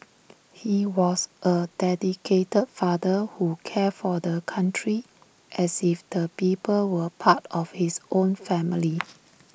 he was A dedicated father who cared for the country as if the people were part of his own family